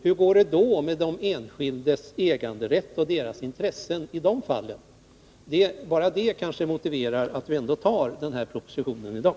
Hur går det med de enskildas äganderätt och deras intressen i de fallen? Bara önskemålet om att kunna slutföra dessa affärer kanske motiverar att vi ändå antar den här propositionen i dag.